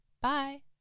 Bye